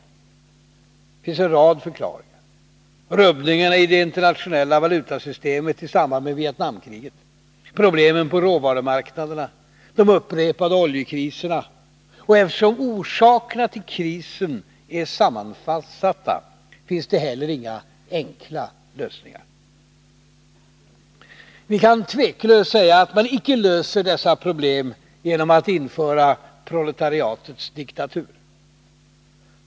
Det finns en rad förklaringar: rubbningarna i det internationella valutasystemet i samband med Vietnamkriget, problemen på råvarumarknaderna, de upprepade oljekriserna. Eftersom orsakerna till krisen är sammansatta, finns det heller inga enkla lösningar. Vi kan tveklöst säga att man icke löser dessa problem genom att införa proletariatets diktatur.